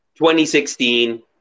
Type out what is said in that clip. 2016